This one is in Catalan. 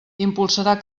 impulsarà